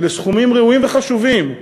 אלה סכומים ראויים וחשובים,